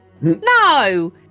No